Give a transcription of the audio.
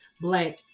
black